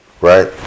right